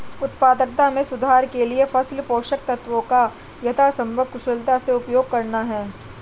उत्पादकता में सुधार के लिए फसल पोषक तत्वों का यथासंभव कुशलता से उपयोग करना है